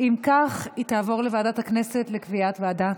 אם כך, היא תעבור לוועדת הכנסת לקביעת ועדה.